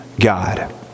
God